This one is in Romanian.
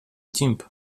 timp